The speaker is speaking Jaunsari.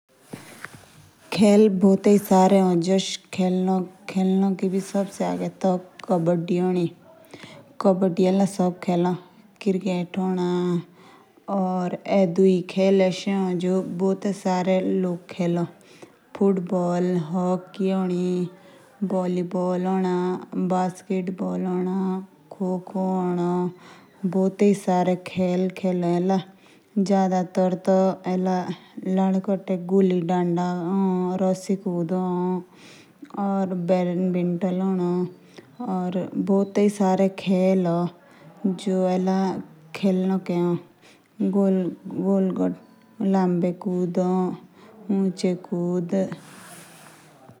खेल बि बहुते पारकर के ए। जेस एबि कब्बडी ए। क्रिकेट भी ए। ये दुई खेल एशे हो जो सारे लोग खेलो। ओर भी बहते सारे खेल खेलों।